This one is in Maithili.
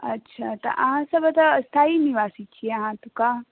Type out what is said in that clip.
अच्छा तऽ अहाँ सब एतऽ स्थायी निवासी छियै अहाँ एतुका